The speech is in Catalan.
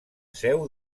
seu